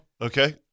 Okay